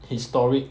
historic